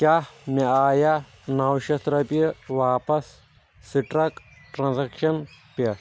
کیٛاہ مےٚ آیا نَو شیٚتھ رۄپیہِ واپس سٹرک ٹرانزیکشن پٮ۪ٹھ